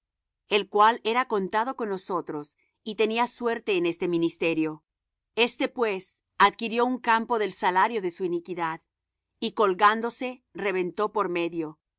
el cuál era contado con nosotros y tenía suerte en este ministerio este pues adquirió un campo del salario de su iniquidad y colgándose reventó por medio